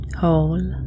whole